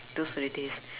those were the days